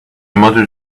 mother